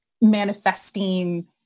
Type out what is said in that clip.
manifesting